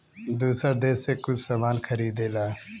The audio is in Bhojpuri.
दूसर देस से कुछ सामान खरीदेला